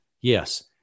Yes